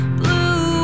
blue